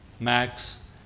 Max